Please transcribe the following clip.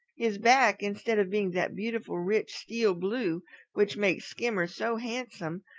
his back, instead of being that beautiful rich steel-blue which makes skimmer so handsome,